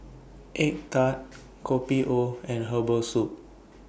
Egg Tart Kopi O and Herbal Soup